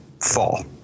fall